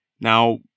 now